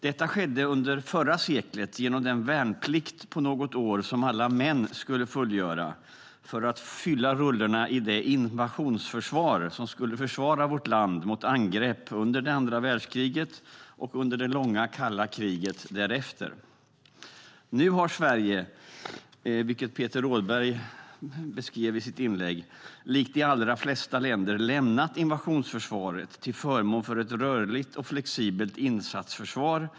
Detta skedde under förra seklet genom den värnplikt på något år som alla män skulle fullgöra för att fylla rullorna i det invasionsförsvar som skulle försvara vårt land mot angrepp under det andra världskriget och under det långa kalla kriget därefter. Nu har Sverige, vilket Peter Rådberg beskrev i sitt inlägg, likt de allra flesta länder lämnat invasionsförsvaret till förmån för ett rörligt och flexibelt insatsförsvar.